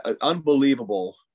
unbelievable